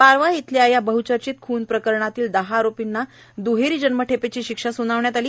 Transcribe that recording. पारवा येथील या बहचर्चित खून प्रकरणातील दहा आरोपींना दहेरी जन्मठेपेची शिक्षा सुनावण्यात आली